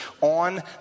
on